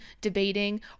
debating